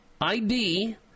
ID